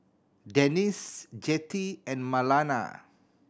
Denisse Jettie and Marlana